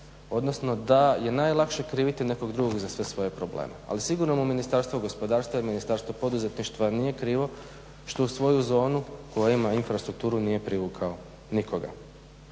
odnosno da je najlakše kriviti nekog drugog za sve svoje probleme. Ali sigurno mu Ministarstvo gospodarstva i Ministarstvo poduzetništva nije krivo što u svoju zonu koja ima infrastrukturu nije privukao nikoga.